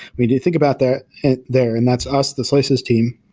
mean, you think about that there and that's us, the slices team,